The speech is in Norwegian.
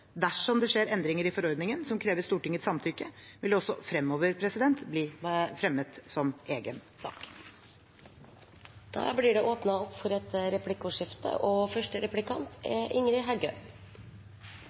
Dersom det skjer endringer i forordningen som krever Stortingets samtykke, vil det også fremover bli fremmet som egen sak. Det blir replikkordskifte. Distriktsrepresentantane frå regjeringspartia har reist rundt og